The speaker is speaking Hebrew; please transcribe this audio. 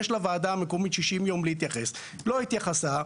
יש לוועדה המקומית 60 יום להתייחס לא התייחסה,